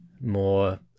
more